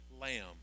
lamb